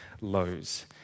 lows